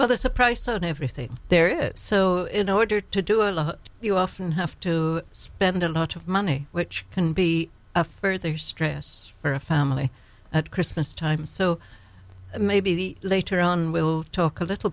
well there's a price on everything there is so in order to do it you often have to spend a lot of money which can be a further stress for a family at christmas time so maybe later on we'll talk a little